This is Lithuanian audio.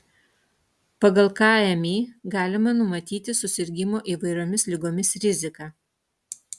pagal kmi galima numatyti susirgimo įvairiomis ligomis riziką